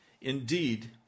Indeed